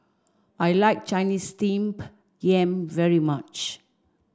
I like Chinese steam yam very much